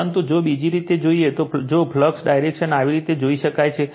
પરંતુ જો બીજી રીતે જોઈએ તો જો ફ્લક્સની ડાયરેક્શન આવી રીતે જોઈ શકાય છે